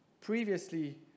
Previously